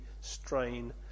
strain